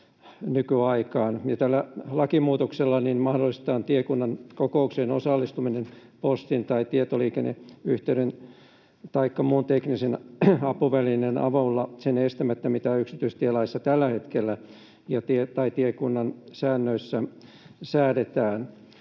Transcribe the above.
Tällä lakimuutoksella mahdollistetaan tiekunnan kokoukseen osallistuminen postin tai tietoliikenneyhteyden taikka muun teknisen apuvälineen avulla sen estämättä, mitä tällä hetkellä yksityistielaissa tai tiekunnan säännöissä säädetään.